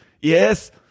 Yes